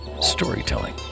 storytelling